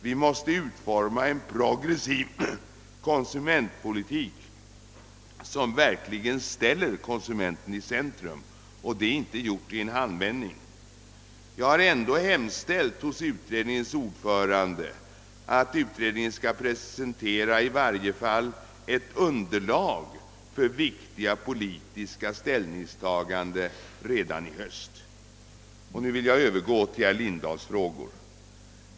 Vi måste utforma en progressiv konsumentpolitik som verkligen ställer konsumenten i centrum, och det är inte gjort i en handvändning. Jag har ändå hemställt hos utredningens ordförande att utredningen skall presentera i varje fall ett underlag för viktiga politiska ställningstaganden redan i höst. Nu vill jag övergå till herr Lindahls frågor.